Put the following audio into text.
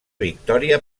victòria